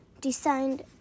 Designed